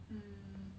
mm